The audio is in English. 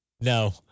No